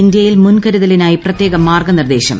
ഇന്ത്യയിൽ മൂൻക്രുതലിനായി പ്രത്യേക മാർഗ്ഗനിർദ്ദേശം